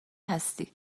هستی